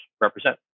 represent